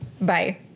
Bye